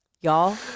Y'all